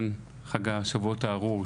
חג השבועות הארור,